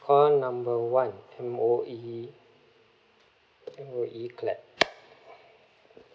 call number one M_O_E M_O_E clap